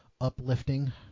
uplifting